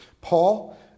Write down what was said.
Paul